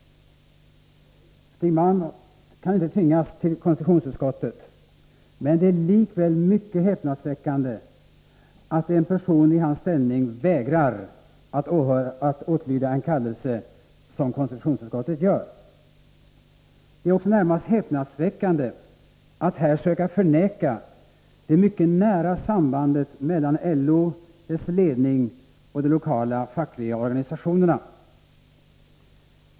Stig Malm kan förvisso inte tvingas till konstitutionsutskottet, men det är likväl mycket anmärkningsvärt att en person i hans ställning vägrar att åtlyda en kallelse från konstitutionsutskottet. Det är också närmast häpnadsväckande att Kurt Ove Johansson här försöker förneka det mycket nära sambandet mellan LO, dess ledning och de lokala fackliga organisationerna.